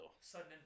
Sudden